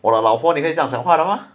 我的老婆你可以这样讲话的吗